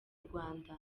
rwanda